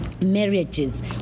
marriages